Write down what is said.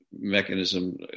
mechanism